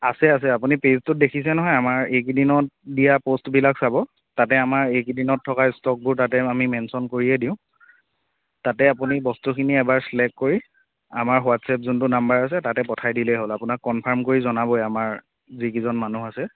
আছে আছে আপুনি পেজটোত দেখিছে নহয় আমাৰ এইকেইদিনত দিয়া পষ্টবিলাক চাব তাতে আমাৰ এইকেইদিনত থকা ষ্ট'কবোৰ তাতে আমি মেনশ্যন কৰিয়ে দিওঁ তাতে আপুনি বস্তুখিনি এবাৰ ছিলেক্ট কৰি আমাৰ হোৱাটচ্আপ যিটো নাম্বাৰ আছে তাতে পঠাই দিলেই হ'ল আপোনাক কনফাৰ্ম কৰি জনাবই আমাৰ যিকেইজন মানুহ আছে